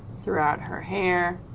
throughout her hair,